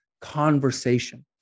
conversation